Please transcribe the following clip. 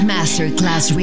Masterclass